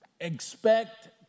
Expect